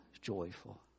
joyful